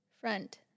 front